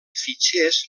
fitxers